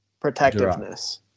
protectiveness